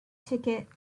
ticket